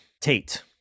Tate